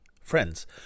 friends